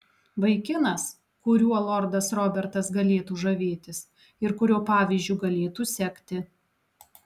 vaikinas kuriuo lordas robertas galėtų žavėtis ir kurio pavyzdžiu galėtų sekti